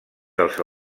dels